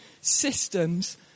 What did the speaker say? systems